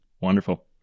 Wonderful